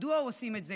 מדוע עושים את זה,